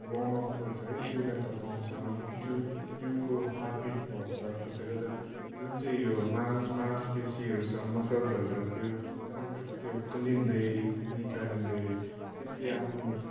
warm up गर्छ है जिउलाई तताउँछ जिउ जिउको हार्टबिट बढ्छ जसले गर्दा जुन चाहिँ यो माउ मांसपेशीहरू छ मसल्सहरू छ त्यो अन्त खोलिँदै फेरि निचाोरिँदै त्यसले आफ्नो